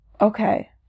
Okay